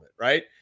right